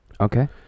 Okay